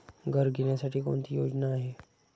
घर घेण्यासाठी कोणती योजना आहे?